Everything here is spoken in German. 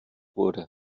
wurde